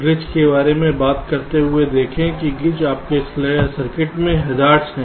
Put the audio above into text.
glitch के बारे में बात करते हुए देखें ग्लिच एक सर्किट में आपके हैज़ार्डस हैं